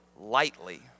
lightly